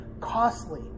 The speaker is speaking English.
costly